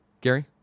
Gary